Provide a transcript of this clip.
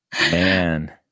Man